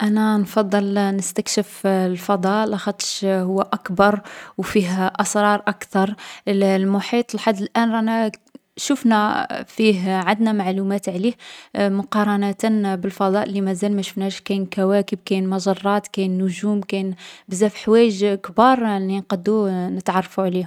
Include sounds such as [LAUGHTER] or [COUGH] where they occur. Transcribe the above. أنا نفضّل نستكشف الفضاء، لاخاطش هو أكبر و فيه أسرار أكثر. الـ المحيط لحد الآن رانا [HESITATION] شفنا فيه عندنا معلومات عليه مقارنة بالفضاء لي مازال ما شفناش: كاين كواكب كاين مجرات كاين نجوم، كاين بزاف حوايج كبار لي نقدّو نتعرفو عليهم.